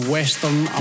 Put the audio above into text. Western